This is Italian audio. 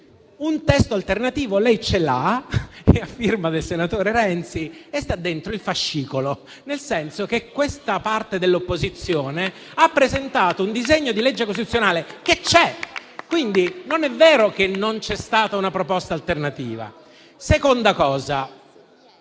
un testo alternativo lei lo ha. È a firma del senatore Renzi e sta dentro il fascicolo, nel senso che questa parte dell'opposizione ha presentato un disegno di legge costituzionale. Quindi, non è vero che non c'è stata una proposta alternativa. In secondo